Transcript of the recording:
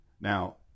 Now